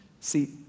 See